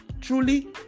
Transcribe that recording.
truly